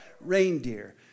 reindeer